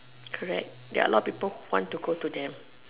correct there are a lot of people who want to go to them